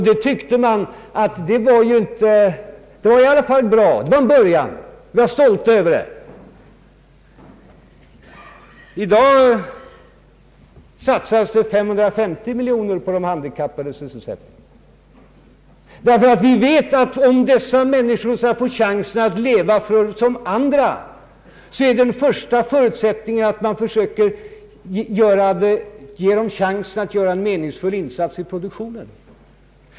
Det var i alla fall bra, och det var en början. Vi var stolta över det. I dag satsas 550 miljoner kronor på de handikappades sysselsättning. Ty vi vet att om dessa människor skall få en chans att leva såsom andra är första förutsättningen att man ger dem en möjlighet att göra en meningsfylld insats i produktionen.